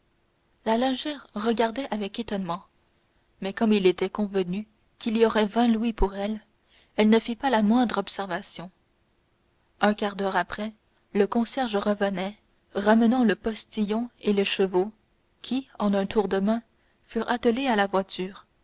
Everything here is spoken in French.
lingère regardait avec étonnement mais comme il était convenu qu'il y aurait vingt louis pour elle elle ne fit pas la moindre observation un quart d'heure après le concierge revenait ramenant le postillon et les chevaux qui en un tour de main furent attelés à la voiture